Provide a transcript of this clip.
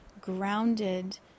grounded